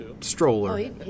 stroller